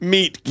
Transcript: Meet